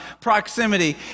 proximity